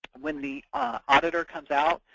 when the auditor comes out,